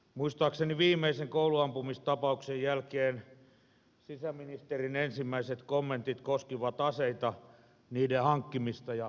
muistaakseni viimeisen kouluampumistapauksen jälkeen sisäministerin ensimmäiset kommentit koskivat aseita niiden hankkimista ja säilyttämistä